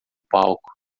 palco